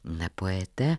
na poete